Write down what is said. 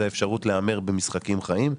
האפשרות להמר במשחקים חיים,